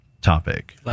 topic